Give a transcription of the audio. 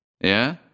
Yeah